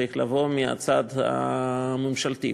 צריך לבוא מהצד הממשלתי.